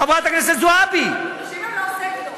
חברת הכנסת זועבי, נשים הן לא סקטור.